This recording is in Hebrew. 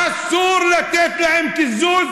אסור לתת להם קיזוז.